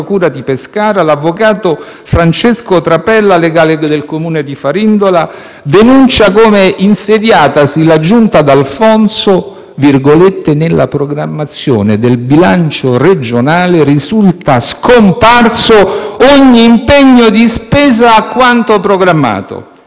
procura di Pescara l'avvocato Francesco Trapella, legale del comune di Farindola, denuncia come, insediatasi la Giunta D'Alfonso, nella programmazione del bilancio regionale risulta scomparso ogni impegno di spesa per quanto programmato.